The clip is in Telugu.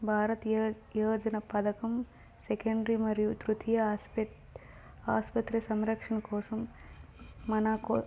భారతీయ యోజన పథకం సెకండ్రి మరియు తృతీయ ఆస్ప ఆస్పత్రి సంరక్షణ కోసం మనకు